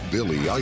Billy